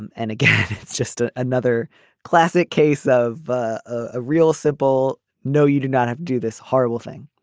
and and again it's just ah another classic case of a real simple. no you do not have do this horrible thing.